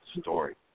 story